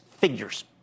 Figures